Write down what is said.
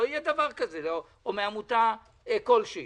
או עמותה כלשהי,